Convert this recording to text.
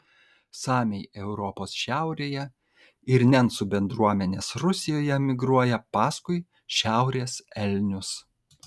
samiai europos šiaurėje ir nencų bendruomenės rusijoje migruoja paskui šiaurės elnius